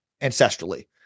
ancestrally